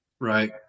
right